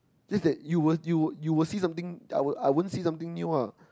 just that you will you will you will see something I I won't see something new ah